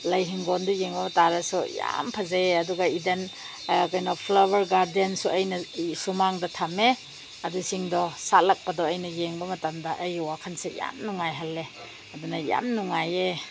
ꯂꯩ ꯏꯪꯈꯣꯜꯗ ꯌꯦꯡꯉꯨꯕ ꯇꯥꯔꯁꯨ ꯌꯥꯝ ꯐꯖꯩꯌꯦ ꯑꯗꯨꯒ ꯏꯕꯟ ꯀꯩꯅꯣ ꯐ꯭ꯂꯥꯋꯔ ꯒꯥꯔꯗꯦꯟꯁꯨ ꯑꯩꯅ ꯁꯨꯃꯥꯡꯗ ꯊꯝꯃꯦ ꯑꯗꯨꯁꯤꯡꯗꯣ ꯁꯥꯠꯂꯛꯄꯗꯣ ꯑꯩꯅ ꯌꯦꯡꯕ ꯃꯇꯝꯗ ꯑꯩꯒꯤ ꯋꯥꯈꯜꯁꯦ ꯌꯥꯝ ꯅꯨꯡꯉꯥꯏꯍꯜꯂꯦ ꯑꯗꯨꯅ ꯌꯥꯝ ꯅꯨꯡꯉꯥꯏꯌꯦ